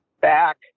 back